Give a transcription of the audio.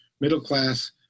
middle-class